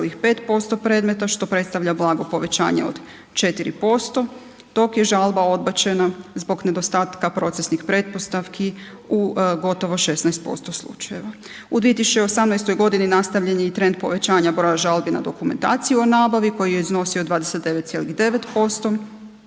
26,5% predmeta što predstavlja blago povećanje od 4%, dok je žalba odbačena zbog nedostatka procesnih pretpostavki u gotovo 16% slučajeva. U 2018. nastavljen je i trend povećanja broja žalbi na dokumentaciju o nabavi koji je iznosio 29,9%,